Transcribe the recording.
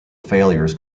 failures